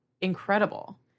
incredible